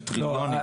של טריליונים.